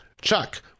Chuck